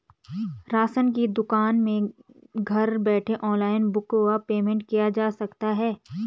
Ration की दुकान में घर बैठे ऑनलाइन बुक व पेमेंट किया जा सकता है?